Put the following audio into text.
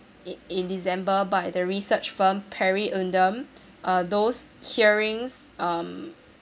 in in December but the research firm Perry Undem uh those hearings um